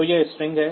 तो यह स्ट्रिंग है